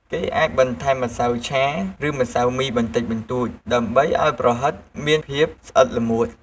គេអាចបន្ថែមម្សៅឆា ឬម្សៅមីបន្តិចបន្តួច ដើម្បីឱ្យប្រហិតមានភាពស្អិតល្មួត។